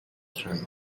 dry